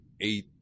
eight